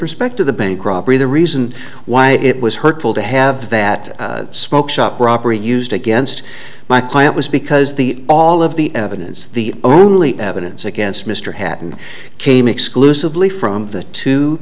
respect to the bank robbery the reason why it was hurtful to have that smoke shop robbery used against my client was because the all of the evidence the only evidence against mr hatton came exclusively from th